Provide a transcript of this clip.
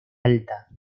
alta